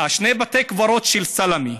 שני בתי קברות של סלמה,